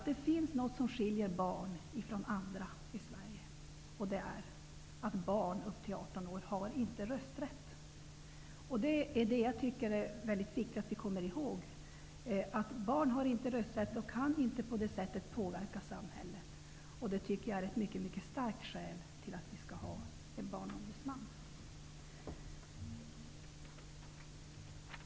Det finns något som skiljer barn från andra i Sverige, och det är att barn upp till 18 år inte har rösträtt. Det är väldigt viktigt att vi kommer ihåg att barn inte har rösträtt och inte kan påverka samhället. Det tycker jag är ett mycket, mycket starkt skäl till att vi skall ha en Barnombudsman.